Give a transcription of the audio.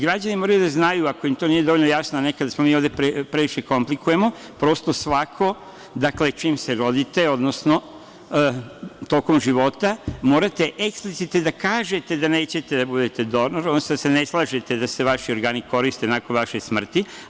Građani moraju da znaju, ako im to nije dovoljno jasno, nekada mi ovde previše komplikujemo, prosto, svako, dakle, čim se rodite, odnosno tokom života, morate eksplicitno da kažete da nećete da budete donor, odnosno da se ne slažete da se vaši organi koriste nakon vaše smrti.